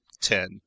Ten